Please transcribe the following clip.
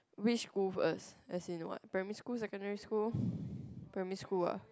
which school first as in what primary school secondary school primary school ah